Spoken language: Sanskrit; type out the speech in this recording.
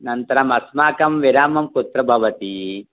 नन्तरम् अस्माकं विरामं कुत्र भवति